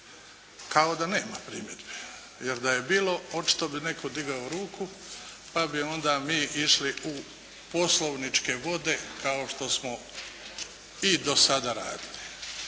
kao da nema primjedbe jer da je bilo očito bi netko digao ruku pa bi onda mi išli u poslovničke vode kao što smo i do sada radili.